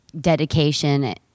dedication